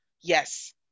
yes